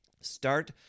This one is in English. start